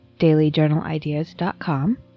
dailyjournalideas.com